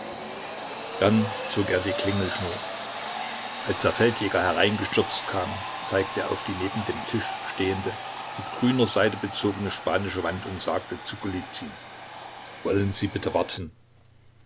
dann zog er die klingelschnur als der feldjäger hereingestürzt kam zeigte er auf die neben dem tisch stehende mit grüner seide bezogene spanische wand und sagte zu golizyn wollen sie bitte warten